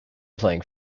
playing